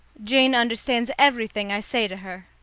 jane understands everything i say to her.